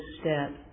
step